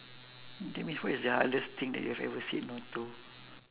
tell me what is the hardest thing that you have ever said no to